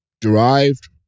derived